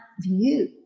view